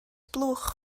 blwch